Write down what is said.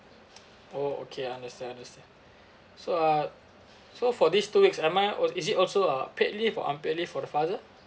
oh okay understand understand so uh so for these two weeks am I al~ is it also a paid leave or unpaid leave for the father